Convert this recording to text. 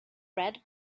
red